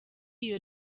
iyo